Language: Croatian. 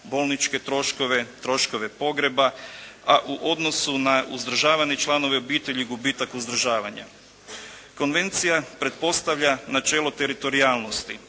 bolničke troškove, troškove pogreba, a u odnosu na uzdržavane članove obitelji, gubitak uzdržavanja. Konvencija pretpostavlja načelo teritorijalnosti